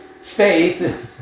faith